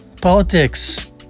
politics